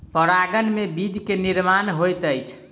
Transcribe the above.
परागन में बीज के निर्माण होइत अछि